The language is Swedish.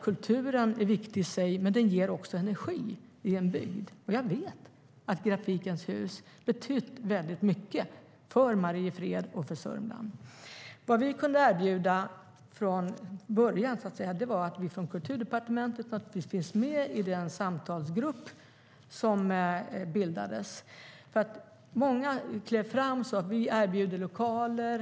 Kulturen är viktig i sig, men den ger också energi till en bygd. Jag vet att Grafikens Hus betytt mycket för Mariefred och för Sörmland. Vad vi från Kulturdepartementet har kunnat erbjuda från början är att vi deltar i den samtalsgrupp som har bildats. Många har klivit fram och erbjudit lokaler.